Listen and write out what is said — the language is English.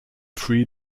three